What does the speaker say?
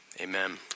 Amen